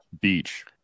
beach